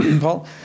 Paul